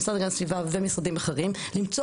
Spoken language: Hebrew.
המשרד להגנת הסביבה ומשרדים אחרים למצוא